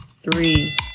Three